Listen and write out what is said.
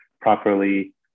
properly